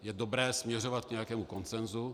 Je dobré směřovat k nějakému konsenzu.